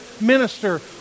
minister